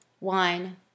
wine